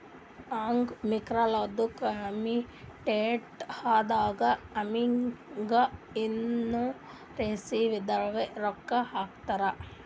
ಅಂಗ್ ವಿಕಲ್ರದು ಆಕ್ಸಿಡೆಂಟ್ ಆದಾಗ್ ಅವ್ರಿಗ್ ಇನ್ಸೂರೆನ್ಸದವ್ರೆ ರೊಕ್ಕಾ ಕೊಡ್ತಾರ್